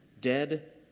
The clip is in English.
dead